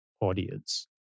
audience